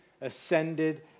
ascended